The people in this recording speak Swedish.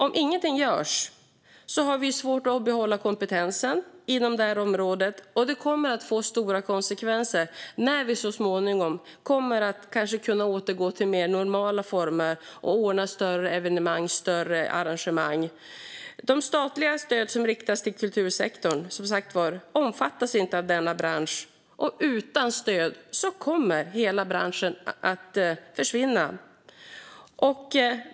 Om ingenting görs får vi svårt att behålla kompetensen inom det här området, vilket kommer att få stora konsekvenser när vi så småningom kanske kommer att kunna återgå till mer normala former och ordna större evenemang och arrangemang. De statliga stöd som riktas till kultursektorn omfattar som sagt inte denna bransch, men utan stöd kommer hela branschen att försvinna.